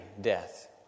death